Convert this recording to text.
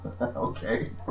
okay